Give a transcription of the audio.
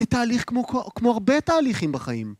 תהליך כמו הרבה תהליכים בחיים.